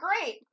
great